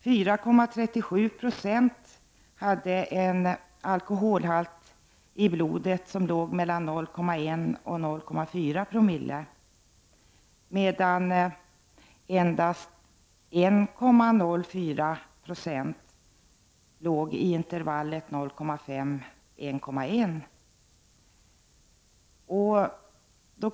4,37 20 hade en alkoholhalt i blodet mellan 0,1 och 0,4 co, medan endast 1,04 96 låg i intervallet 0,5-1,1 co.